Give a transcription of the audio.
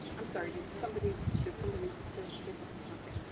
i'm sorry, did somebody did somebody start to say something? okay.